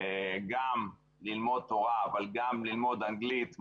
גם ללמוד תורה אבל גם ללמוד אנגלית,